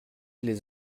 les